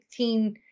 15